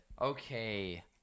Okay